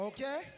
Okay